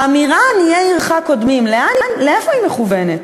האמירה "עניי עירך קודמים", לאיפה היא מכוונת?